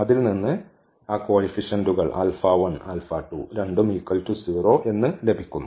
അതിൽനിന്ന് ആ കോയിഫിഷെന്റുകൾ എന്ന് ലഭിക്കുന്നു